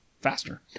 faster